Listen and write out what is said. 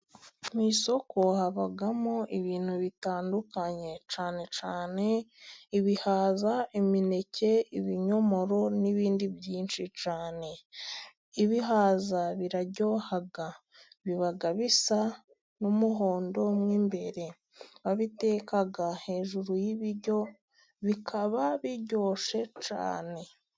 Mu isoko habamo ibintu bitandukanye cyane cyane ibihaza, imineke, ibinyomoro n'ibindi byinshi cyane. Ibihaza biraryoha biba bisa n'umuhondo mwo imbere, babiteka hejuru y'ibiryo bikaba biryoshye cyane.